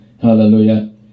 Hallelujah